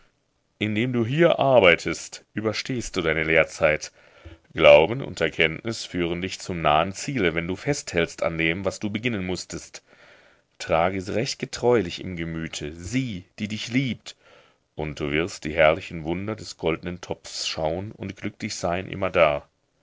indem du hier arbeitest überstehst du deine lehrzeit glauben und erkenntnis führen dich zum nahen ziele wenn du festhältst an dem was du beginnen mußtest trage sie recht getreulich im gemüte sie die dich liebt und du wirst die herrlichen wunder des goldnen topfs schauen und glücklich sein immerdar